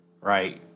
right